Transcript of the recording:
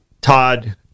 Todd